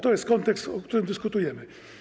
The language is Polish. To jest kontekst, o którym dyskutujemy.